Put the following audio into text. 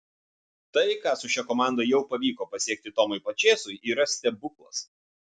tai ką su šia komanda jau pavyko pasiekti tomui pačėsui yra stebuklas